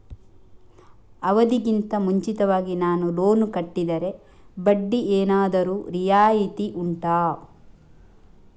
ಅವಧಿ ಗಿಂತ ಮುಂಚಿತವಾಗಿ ನಾನು ಲೋನ್ ಕಟ್ಟಿದರೆ ಬಡ್ಡಿ ಏನಾದರೂ ರಿಯಾಯಿತಿ ಉಂಟಾ